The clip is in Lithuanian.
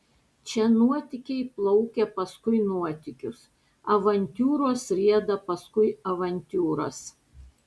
čia nuotykiai plaukia paskui nuotykius avantiūros rieda paskui avantiūras